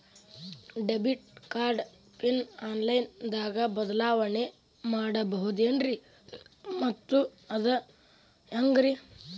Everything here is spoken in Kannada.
ಡೆಬಿಟ್ ಕಾರ್ಡ್ ಪಿನ್ ಆನ್ಲೈನ್ ದಾಗ ಬದಲಾವಣೆ ಮಾಡಬಹುದೇನ್ರಿ ಮತ್ತು ಅದು ಹೆಂಗ್ರಿ?